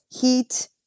Heat